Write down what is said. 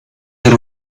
era